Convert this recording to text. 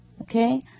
okay